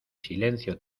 silencio